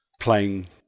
playing